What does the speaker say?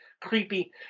Creepy